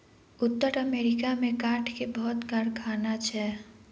उत्तर अमेरिका में काठ के बहुत कारखाना छै